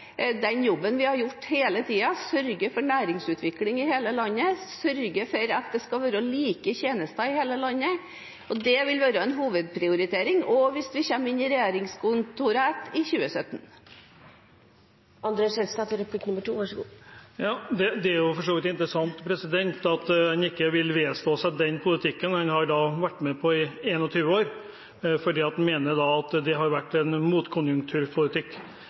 den jobben vi har gjort hele tiden – sørge for næringsutvikling i hele landet, sørge for at det skal være like tjenester i hele landet. Det vil være en hovedprioritering også hvis vi kommer inn i regjeringskontorene igjen i 2017. Det er for så vidt interessant at man ikke vil vedstå seg den politikken man har vært med på i 21 år, fordi man mener at det har vært en motkonjunkturpolitikk.